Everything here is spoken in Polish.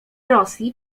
rosji